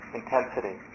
intensity